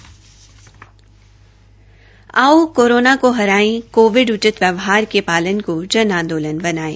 आओ कोरोना को हराए कोविड उचित व्यवहार के पालन को जन आंदोलन बनायें